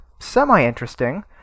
semi-interesting